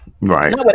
Right